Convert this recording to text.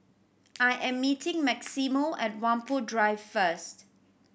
I am meeting Maximo at Whampoa Drive first